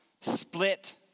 split